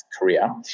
Korea